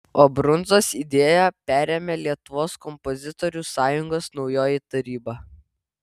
o brundzos idėją parėmė lietuvos kompozitorių sąjungos naujoji taryba